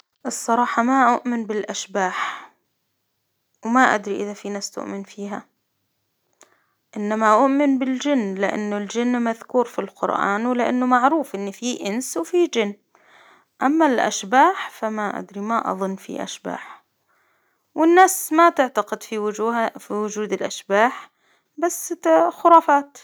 الصراحة ما أؤمن بالأشباح، وما أدري إذا في ناس تؤمن فيها، إنما أؤمن بالجن، لإنه الجن مذكور في القرآن ولإنه معروف إنه في إنس وفي جن، أما الأشباح فما أدري ما أظن في أشباح، والناس ما تعتقد في وجوها في وجود الأشباح، بس خرافات.